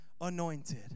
anointed